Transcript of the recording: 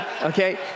okay